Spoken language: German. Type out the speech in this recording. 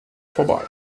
vorbei